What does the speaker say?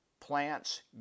Plants